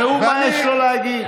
תשמעו מה יש לו להגיד.